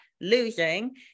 losing